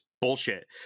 Bullshit